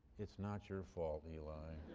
it's not your fault eli.